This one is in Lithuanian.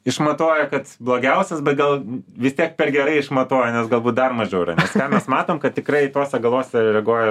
išmatuoja kad blogiausias bet gal vis tiek per gerai išmatuoja nes galbūt dar mažiau yra nes ką mes matom kad tikrai tuose galuose reaguoja